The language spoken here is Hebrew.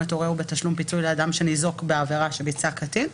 הורהו בתשלום פיצוי לאדם שניזוק בעבירה שביצע קטין,